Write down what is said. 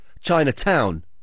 Chinatown